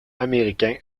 américain